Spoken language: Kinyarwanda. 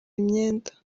imyenda